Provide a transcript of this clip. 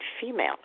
female